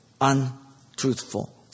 untruthful